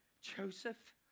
Joseph